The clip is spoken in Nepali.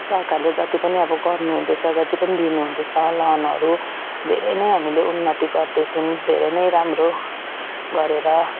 सरकारले जति पनि अब गर्नुहुँदैछ जति पनि दिनुहुँदैछ लोनहरू धेरै नै हामीले उन्नति गर्दैछौँ धेरै नै राम्रो गरेर